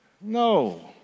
No